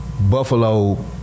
Buffalo